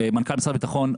מנכ"ל משרד הביטחון,